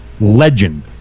legend